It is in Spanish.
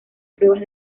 pruebas